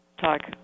talk